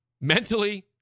Mentally